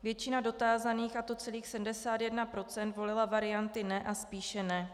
Většina dotázaných, a to celých 71 %, volila varianty ne a spíše ne.